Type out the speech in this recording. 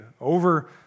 over